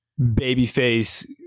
babyface